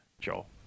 Joel